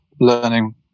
learning